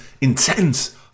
intense